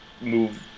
move